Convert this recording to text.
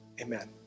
Amen